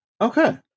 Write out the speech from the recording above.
Okay